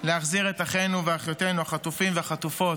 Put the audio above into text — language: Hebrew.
להחזיר את אחינו ואחיותינו החטופים והחטופות.